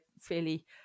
fairly